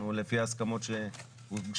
לפי ההסכמות שהושגו,